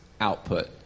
output